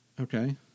Okay